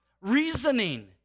reasoning